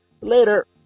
Later